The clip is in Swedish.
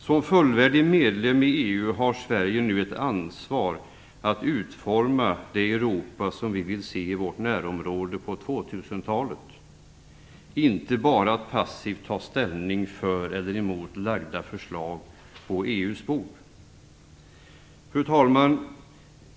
Som fullvärdig medlem i EU har Sverige nu ett ansvar för att utforma det Europa som vi vill se i vårt närområde på 2000-talet, inte bara att passivt ta ställning för eller mot framlagda förslag på EU:s bord. Fru talman!